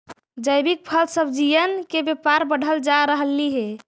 जैविक फल सब्जियन के व्यापार बढ़ल जा रहलई हे